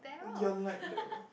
you're like the